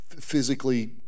physically